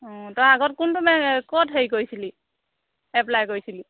অঁ তই আগত কোনটো ক'ত হেৰি কৰিছিলি এপ্লাই কৰিছিলি